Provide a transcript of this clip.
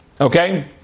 Okay